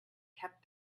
kept